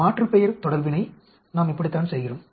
மாற்றுப்பெயர் தொடர்பினை நாம் இப்படித்தான் செய்கிறோம்